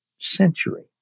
century